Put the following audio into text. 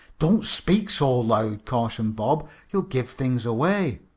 don't speak so loud, cautioned bob. you'll give things away.